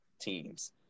teams